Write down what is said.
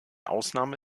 ausnahme